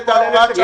תלוי מתי